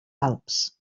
alps